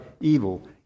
evil